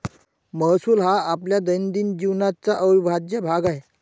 महसूल हा आपल्या दैनंदिन जीवनाचा अविभाज्य भाग आहे